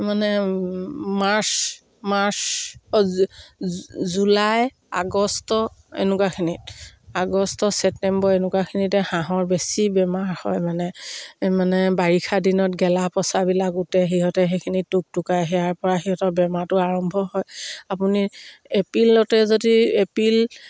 মানে March March অ' July August এনেকুৱাখিনিত আগষ্ট ছেপ্টেম্বৰ এনেকুৱাখিনিতে হাঁহৰ বেছি বেমাৰ হয় মানে মানে বাৰিষা দিনত গেলা পচাবিলাক গোটেই সিহঁতে সেইখিনি টোকটোকাই সেয়াৰ পৰা সিহঁতৰ বেমাৰটো আৰম্ভ হয় আপুনি এপ্ৰিলতে যদি এপ্ৰিল